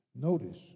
Notice